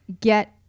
get